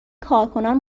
کارکنان